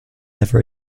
never